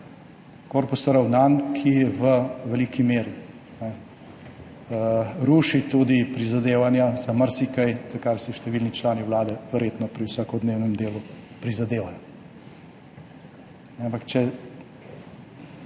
Korpusa ravnanj, ki v veliki meri ruši tudi prizadevanja za marsikaj, za kar si številni člani Vlade verjetno pri vsakodnevnem delu prizadevajo. Vi ste